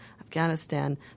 Afghanistan